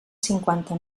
cinquanta